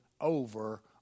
over